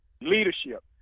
leadership